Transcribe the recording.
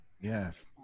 Yes